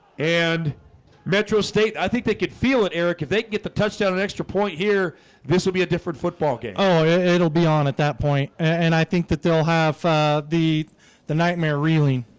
and metro state i think they could feel it eric if they can get the touchdown an extra point here this will be a different football game oh, yeah it'll be on at that point. and i think that they'll have the the nightmare reeling